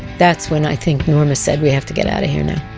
that's when i think norma said, we have to get out of here now.